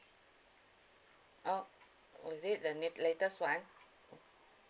oh is it the latest one